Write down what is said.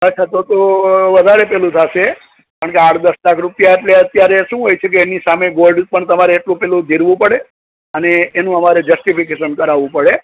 અચ્છા તો તો વધારે પેલું થશે કેમ કે આઠ દસ લાખ રૂપિયા એટલે અત્યારે શું હોય છે કે એની સામે ગોલ્ડ પણ તમારે એટલું પેલું ધીરવું પડે અને એનુ અમારે જસ્ટીફિકેસન કરાવવું પડે